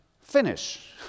finish